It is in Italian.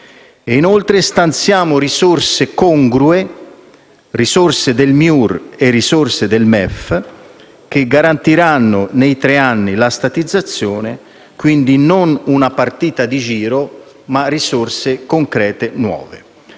inoltre, stanziamo risorse congrue, del MIUR e del MEF, che garantiranno nei tre anni la statizzazione. Quindi non una partita di giro, ma risorse concrete nuove.